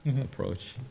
approach